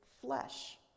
flesh